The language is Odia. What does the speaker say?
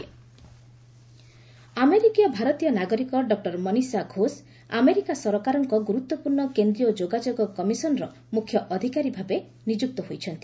ୟୁଏସ୍ ଇଣ୍ଡିଆ ଏସ୍ସିସି ଆମେରିକୀୟ ଭାରତୀୟ ନାଗରିକ ଡକ୍ଟର ମନୀଷା ଘୋଷ୍ ଆମେରିକା ସରକାରଙ୍କ ଗୁରୁତ୍ୱପୂର୍ଣ୍ଣ କେନ୍ଦ୍ରୀୟ ଯୋଗାଯୋଗ କମିଶନ୍ର ମୁଖ୍ୟ ଅଧିକାରୀ ଭାବେ ନିଯୁକ୍ତ ହୋଇଛନ୍ତି